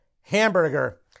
hamburger